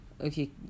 okay